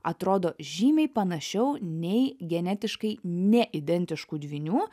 atrodo žymiai panašiau nei genetiškai neidentiškų dvynių